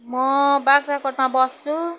म बाख्राकोटमा बस्छु